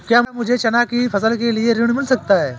क्या मुझे चना की फसल के लिए ऋण मिल सकता है?